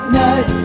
night